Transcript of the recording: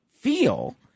feel